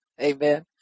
Amen